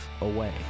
Away